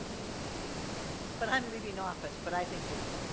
yeah but i'm leaving office but i think you look fine.